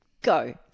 Go